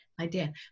idea